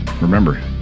remember